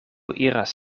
iras